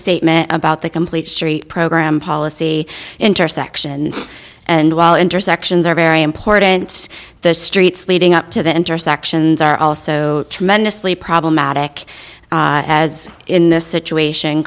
statement about the complete story program policy intersection and while intersections are very important the streets leading up to the intersections are also tremendously problematic as in this situation